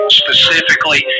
specifically